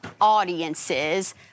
audiences